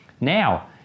Now